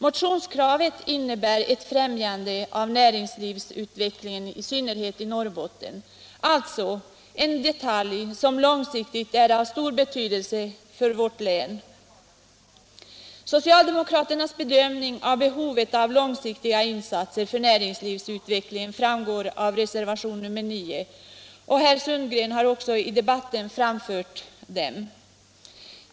Motionskravet innebär ett främjande av näringslivsutvecklingen i synnerhet i Norrbotten — alltså en detalj som långsiktigt är av stor betydelse för vårt län. Socialdemokraternas bedömning av behovet av långsiktiga insatser för näringslivsutvecklingen framgår av reservationen 9, och herr Sundgren har också i debatten redogjort för den.